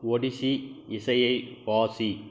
Odyssey இசையை வாசி